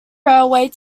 railway